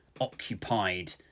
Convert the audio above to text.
occupied